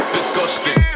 Disgusting